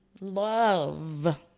love